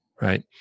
right